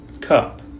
cup